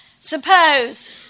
Suppose